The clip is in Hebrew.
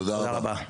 תודה רבה.